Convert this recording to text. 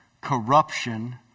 corruption